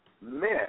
men